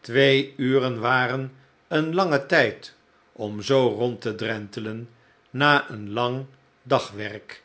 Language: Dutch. twee uren waren een lange tijd om zoo rond te drentelen na een lang dagwerk